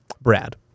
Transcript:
Brad